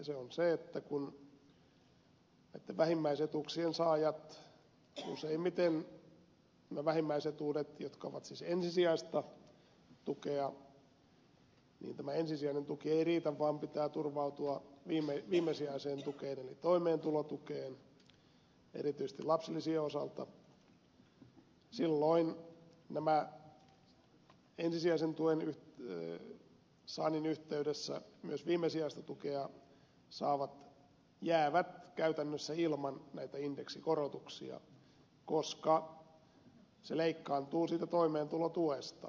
se on se että kun näitten vähimmäisetuuksien saajille useimmiten vähimmäisetuudet ovat siis ensisijaista tukea tämä ensisijainen tuki ei riitä vaan pitää turvautua viimesijaiseen tukeen eli toimeentulotukeen erityisesti lapsilisien osalta silloin ensisijaisen tuen saannin yhteydessä myös viimesijaista tukea saavat jäävät käytännössä ilman näitä indeksikorotuksia koska se leikkaantuu toimeentulotuesta